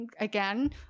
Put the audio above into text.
again